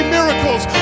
miracles